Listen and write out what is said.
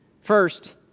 First